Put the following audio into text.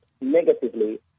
negatively